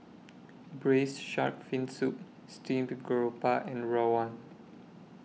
Braised Shark Fin Soup Steamed Garoupa and Rawon